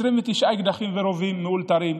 29 אקדחים ורובים מאולתרים,